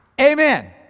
Amen